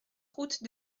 route